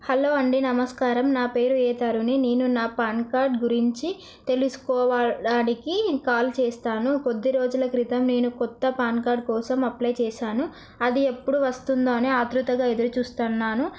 hello అండి నమస్కారం నా పేరు ఏ తరుణి నేను నా పాన్ కార్డ్ గురించి తెలుసుకోవడానికి కాల్ చేస్తాను కొద్ది రోజుల క్రితం నేను కొత్త పాన్ కార్డ్ కోసం అప్లై చేశాను అది ఎప్పుడు వస్తుందో అనే ఆత్రుతగా ఎదురుచూస్తున్నాను